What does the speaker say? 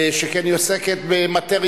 הוא בטח יידון ביום,